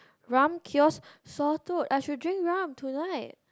rum cures sore throat I should rum tonight